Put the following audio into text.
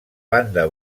banda